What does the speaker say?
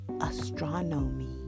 Astronomy